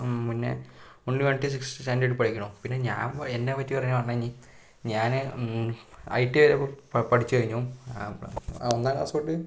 മുന്നേ ഉണ്ണി വന്നിട്ട് സിക്സ്ത് സ്റ്റാൻഡേഡിൽ പഠിക്കണൂ പിന്നെ ഞാൻ എന്നെ പറ്റി പറയുകയാണെങ്കിൽ ഞാൻ ഐ ടി ഐ വരെ പഠിച്ചു കഴിഞ്ഞു ഒന്നാം ക്ലാസ് തൊട്ട്